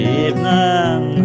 evening